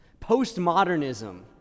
Postmodernism